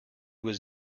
was